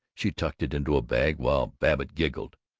she tucked it into a bag, while babbitt giggled,